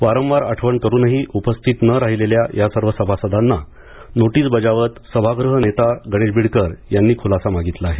वारंवार आठवण करूनही उपस्थित न राहिलेल्या या सर्व सभासदांना नोटीस बजावत सभागृह नेता गणेश बीडकर यांनी खुलासा मागितला आहे